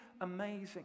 amazing